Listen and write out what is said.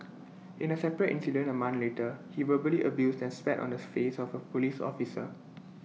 in A separate incident A month later he verbally abused and spat on the face of A Police officer